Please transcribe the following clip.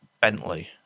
Bentley